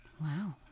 Wow